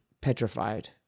petrified